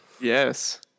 Yes